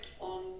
on